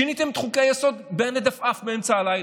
שיניתם את חוקי-היסוד בהינד עפעף באמצע הלילה.